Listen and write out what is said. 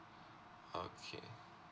okay